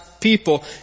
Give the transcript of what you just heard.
people